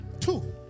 Two